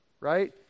right